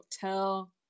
hotel